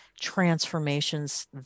transformations